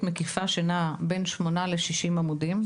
מקיפה שנעה בין שמונה ל-60 עמודים,